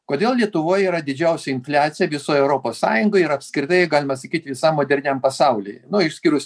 kodėl lietuvoj yra didžiausia infliacija visoj europos sąjungoj ir apskritai galima sakyt visa moderniam pasauliui nu išskyrus